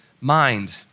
mind